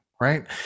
right